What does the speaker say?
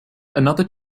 another